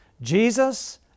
Jesus